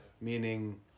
Meaning